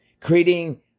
Creating